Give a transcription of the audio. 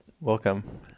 welcome